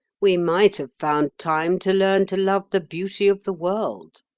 we might have found time to learn to love the beauty of the world.